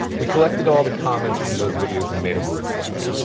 we collected all the comments from those videos and made a word cloud.